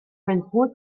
bellpuig